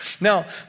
now